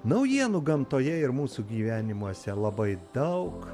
naujienų gamtoje ir mūsų gyvenimuose labai daug